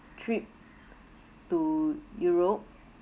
trip to europe